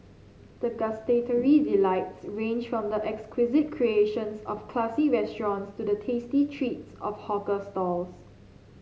the gustatory delights range from the exquisite creations of classy restaurants to the tasty treats of hawker stalls